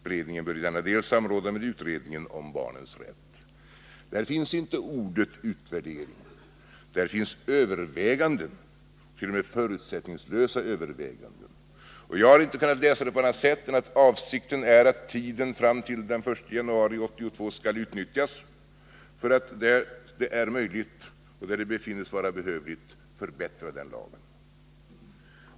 Beredningen bör i denna del samråda med utredningen om barnens rätt.” Där finns inte ordet ”utvärdering”. Där finns ”överväganden”, t.o.m. förutsättningslösa överväganden, och jag har inte kunna läsa det på annat sätt än att avsikten är att tiden fram till den 1 januari 1982 skall utnyttjas för att, där det är möjligt och där det befinnes behövligt, förbättra den lagen.